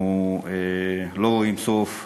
אנחנו לא רואים סוף,